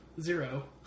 zero